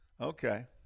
Okay